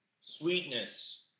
sweetness